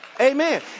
amen